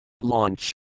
Launch